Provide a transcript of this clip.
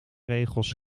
regels